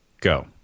go